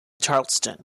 charleston